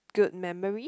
good memory